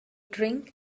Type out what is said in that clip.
drink